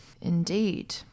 Indeed